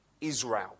Israel